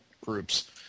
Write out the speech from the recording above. groups